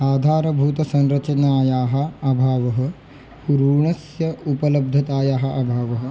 आधारभूतसंरचनायाः अभावः ऋणस्य उपलब्धतायाः अभावः